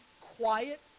quiet